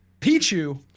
Pichu